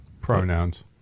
Pronouns